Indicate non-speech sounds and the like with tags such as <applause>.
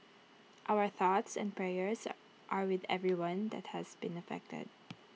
our thoughts and prayers <hesitation> are with everyone that has been affected